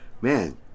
man